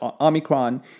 Omicron